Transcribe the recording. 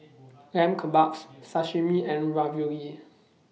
Lamb Kebabs Sashimi and Ravioli